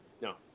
No